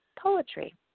poetry